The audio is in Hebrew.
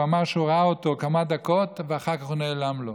הוא אמר שהוא ראה אותו כמה דקות ואחר כך הוא נעלם לו.